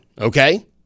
okay